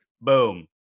Boom